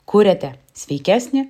kuriate sveikesnį